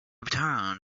returned